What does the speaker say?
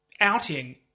outing